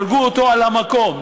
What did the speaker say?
הרגו אותו על המקום.